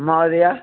महोदय